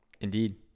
Indeed